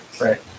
right